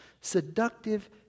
seductive